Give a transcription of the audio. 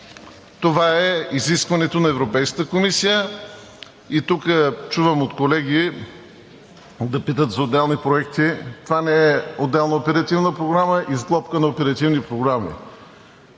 Това е изискването на Европейската комисия. Тук чувам от колеги да питат за отделни проекти – това не е отделна оперативна програма и сглобка на оперативни програми.